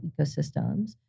ecosystems